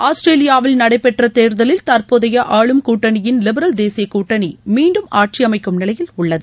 ஆஸ்திரேலியாவில் நடைபெற்ற தேர்தலில் தற்போதைய ஆளும் கூட்டணியின் லிபரல் தேசிய கூட்டணி மீண்டும் ஆட்சி அமைக்கும் நிலையில் உள்ளது